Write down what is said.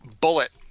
Bullet